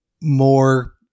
more